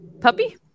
puppy